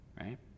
right